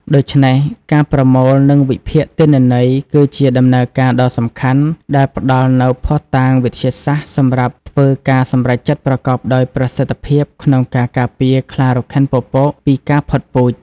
ដូច្នេះ ការប្រមូល និងវិភាគទិន្នន័យគឺជាដំណើរការដ៏សំខាន់ដែលផ្តល់នូវភស្តុតាងវិទ្យាសាស្ត្រសម្រាប់ធ្វើការសម្រេចចិត្តប្រកបដោយប្រសិទ្ធភាពក្នុងការការពារខ្លារខិនពពកពីការផុតពូជ។